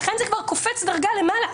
ולכן זה כבר קופץ דרגה למעלה.